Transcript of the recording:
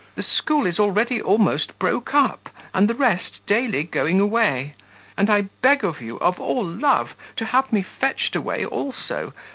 the school is already almost broke up, and the rest daily going away and i beg of you of all love to have me fetched away also,